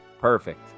Perfect